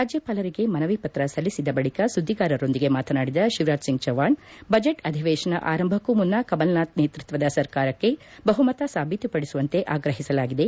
ರಾಜ್ಯಪಾಲರಿಗೆ ಮನವಿ ಪತ್ರ ಸಲ್ಲಿಸಿದ ಬಳಿಕ ಸುದ್ಗಿಗಾರರೊಂದಿಗೆ ಮಾತನಾಡಿದ ಶಿವರಾಜ್ ಸಿಂಗ್ ಚೌಹಾಣ್ ಬಜೆಟ್ ಅಧಿವೇಶನ ಆರಂಭಕ್ಕೂ ಮುನ್ನ ಕಮಲ್ನಾಥ್ ನೇತೃತ್ವದ ಸರ್ಕಾರಕ್ಕೆ ಬಹುಮತ ಸಾಬೀತುಪದಿಸುವಂತೆ ಆಗ್ರಹಿಸಲಾಗಿದೆ